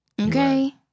Okay